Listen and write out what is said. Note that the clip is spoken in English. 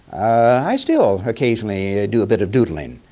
i still occasionally do a bit of doodling.